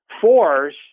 force